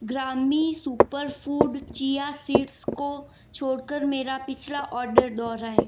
ग्रामी superfood chia seeds को छोड़कर मेरा पिछला आर्डर दोहराएँ